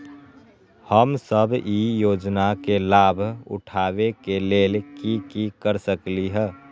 हम सब ई योजना के लाभ उठावे के लेल की कर सकलि ह?